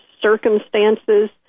circumstances